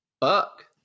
Fuck